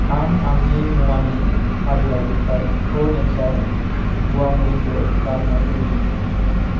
आं आंनि मुवानि फारिलाइनिफ्राय प्र' नेचार गुवामुरिखौ गारनो लुबैदों